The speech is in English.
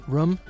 Room